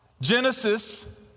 Genesis